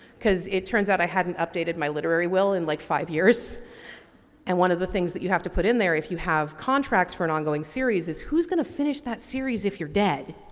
because it turns out i hadn't updated my literary will in like five years and one of the things that you have to put in their if you have contracts for an ongoing series is whose going to finish that series if you're dead?